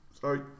sorry